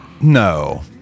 No